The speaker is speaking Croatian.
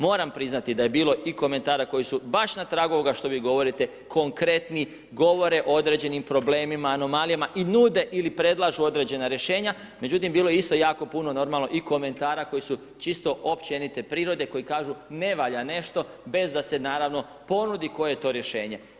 Moram priznati da je bilo i komentara koji su baš na tragu ovoga što vi govorite, konkretni, govore o određenim problemima, anomalijama i nude ili predlažu određena rješenja, međutim bilo je isto jako puno normalno i komentara koji su čisto općenite prirode, koji kažu ne valja nešto, bez da se naravno ponudi koji je to rješenje.